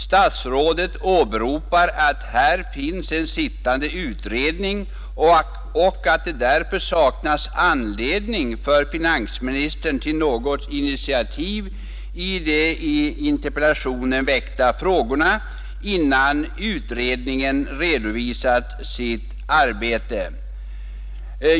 Statsrådet åberopar att här finns en utredning och att det saknas anledning för honom att ta något initiativ i de i interpellationen väckta frågorna innan utredningen redovisat sitt arbete.